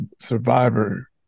survivor